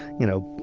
you know,